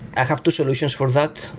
i have two solutions for that.